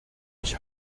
ich